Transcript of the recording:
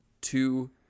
two